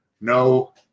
no